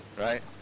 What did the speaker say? right